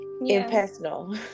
impersonal